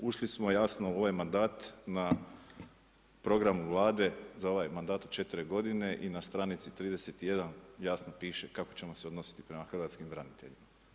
Ušli smo jasno u ovaj mandat na programu Vlade za ovaj mandat od četiri godine i na stranici 31 jasno piše kako ćemo se odnositi prema hrvatskim braniteljima.